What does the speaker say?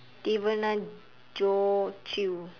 devona joe chew